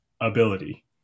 ability